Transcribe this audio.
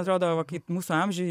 atrodo va kaip mūsų amžiuj